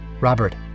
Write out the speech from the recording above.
Robert